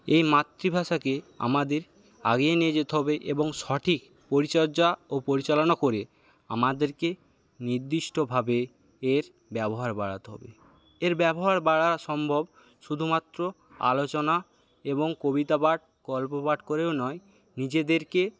এই মাতৃভাষাকে আমাদের আগিয়ে নিয়ে যেতে হবে এবং সঠিক পরিচর্যা ও পরিচালনা করে আমাদেরকে নির্দিষ্টভাবে এর ব্যবহার বাড়াতে হবে এর ব্যবহার বাড়া সম্ভব শুধুমাত্র আলোচনা এবং কবিতাপাঠ গল্পপাঠ করেও নয় নিজেদেরকে